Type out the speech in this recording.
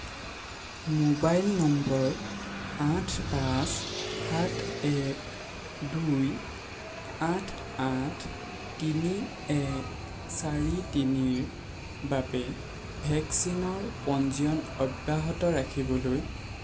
mobile নম্বৰ আঠ পাঁচ সাত এক দুই আঠ আঠ তিনি এক চাৰি তিনিৰ বাবে ভেকচিনৰ পঞ্জীয়ন অব্যাহত ৰাখিবলৈ